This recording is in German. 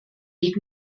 weg